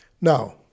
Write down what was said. Now